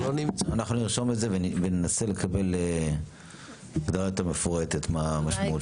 אנחנו נרשום את זה וננסה לקבל הגדרה יותר מפורטת מה המשמעות של זה.